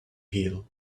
hill